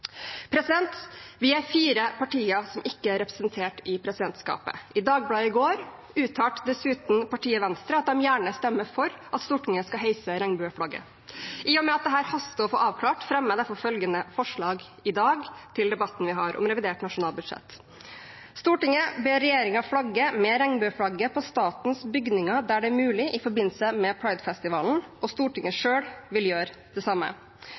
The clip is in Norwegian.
Vi er fire partier som ikke er representert i presidentskapet. I Dagbladet i går uttalte dessuten partiet Venstre at de gjerne stemmer for at Stortinget skal heise regnbueflagget. I og med at dette haster å få avklart, fremmer jeg følgende forslag i dag til debatten vi har om revidert nasjonalbudsjett: «Stortinget ber regjeringen flagge med regnbueflagget på statens bygninger der det er mulig i forbindelse med Pride-festivalen, og Stortinget vil selv gjøre det